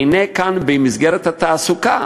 והנה, במסגרת התעסוקה